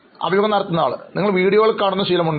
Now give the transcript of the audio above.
അഭിമുഖം നടത്തുന്നയാൾ നിങ്ങൾ വീഡിയോകൾ കാണുന്ന ശീലം ഉണ്ടോ